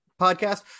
podcast